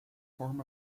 form